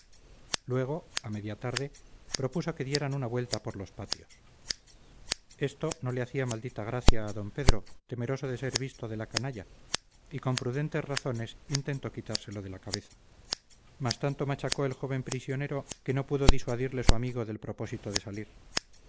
luego a media tarde propuso que dieran una vuelta por los patios esto no le hacía maldita gracia a d pedro temeroso de ser visto de la canalla y con prudentes razones intentó quitárselo de la cabeza mas tanto machacó el joven prisionero que no pudo disuadirle su amigo del propósito de salir